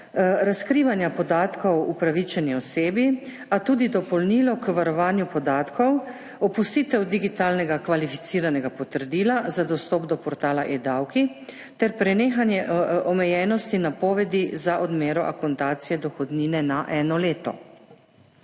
razkrivanja podatkov upravičeni osebi, a tudi dopolnilo k varovanju podatkov, opustitev digitalnega kvalificiranega potrdila za dostop do portala eDavki ter prenehanje omejenosti napovedi za odmero akontacije dohodnine na eno leto.